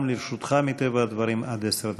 גם לרשותך, מטבע הדברים, עד עשר דקות.